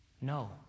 No